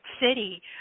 City